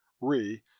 re